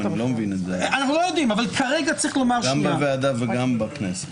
גם בוועדה וגם בכנסת.